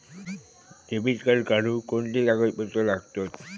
Debit card काढुक कोणते कागदपत्र लागतत?